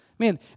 Man